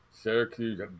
Syracuse